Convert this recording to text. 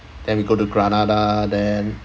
then we go to granada then